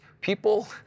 people